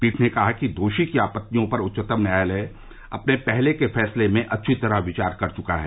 पीठ ने कहा कि दोषी की आपतियों पर उच्चतम न्यायालय अपने पहले के फैसले में अछी तरह विचार कर चुका है